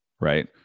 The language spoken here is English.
right